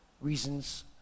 reasons